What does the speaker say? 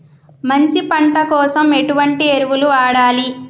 మంచి పంట కోసం ఎటువంటి ఎరువులు వాడాలి?